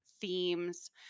themes